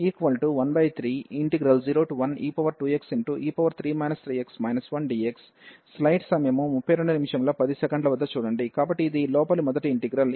1301e2xe3 3x 1dx కాబట్టి ఇది లోపలి మొదటి ఇంటిగ్రల్